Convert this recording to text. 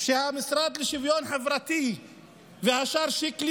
שבה המשרד לשוויון חברתי והשר שיקלי